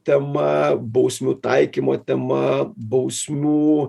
tema bausmių taikymo tema bausmių